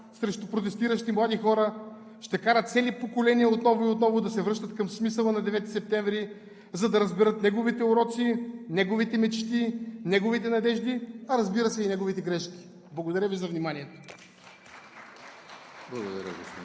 срещу протестиращи млади хора, ще кара цели поколения отново и отново да се връщат към смисъла на 9 септември, за да разберат неговите уроци, неговите мечти, неговите надежди, а, разбира се, и неговите грешки. Благодаря Ви за вниманието. (Ръкопляскания